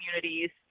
communities